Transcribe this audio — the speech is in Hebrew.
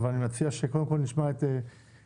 אבל אני מציע שקודם כול נשמע את הציבור,